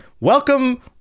Welcome